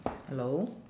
hello